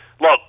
Look